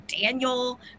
Daniel